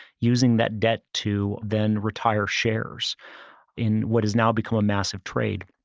using that debt to then retire shares in what is now become a massive trade.